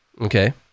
okay